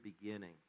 beginning